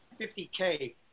50K